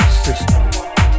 system